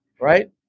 right